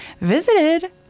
visited